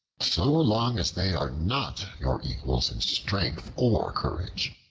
so long as they are not your equals in strength or courage.